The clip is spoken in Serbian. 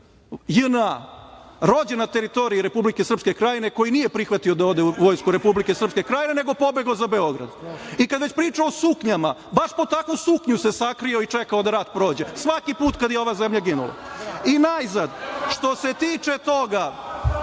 JNA, rođen na teritoriji Republike Srpske Krajine, koji nije prihvatio da ode u vojsku Republike Srpske Krajine, nego je pobegao za Beograd. Kada već priča o suknjama, baš pod takvu suknju se sakrio i čekao da rat prođe, svaki put kada je ova zemlja ginula. Najzad, što se tiče toga,